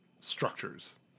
structures